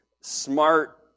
smart